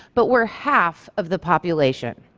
but we're half of the population.